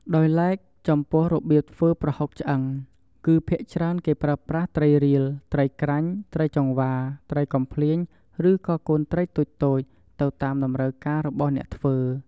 ដោយឡែក ចំពោះរបៀបធ្វើប្រហុកឆ្អឹង គឺភាគច្រើនគេប្រើប្រាស់ត្រីរៀល ត្រីក្រាញ់ ត្រីចង្វា ត្រីកំភ្លាញ ឬក៏កូនត្រីតូចៗ ទៅតាមតម្រូវការរបស់អ្នកធ្វើ។